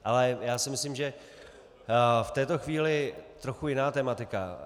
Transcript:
Ale já si myslím, že v této chvíli je trochu jiná tematika.